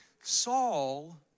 Saul